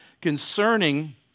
concerning